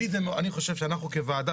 אני חושב שאנחנו כוועדה,